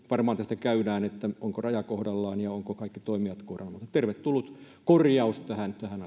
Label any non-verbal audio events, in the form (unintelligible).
varmaan keskustelu käydään onko raja kohdallaan ja ovatko kaikki toimijat kohdallaan tervetullut korjaus tähän tähän (unintelligible)